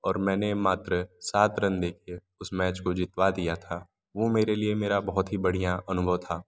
और मैंने मात्र सात रन दे कर उस मैच को जितवा दिया था वह मेरे लिए मेरा बहुत ही बढ़िया अनुभव था